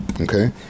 okay